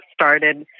started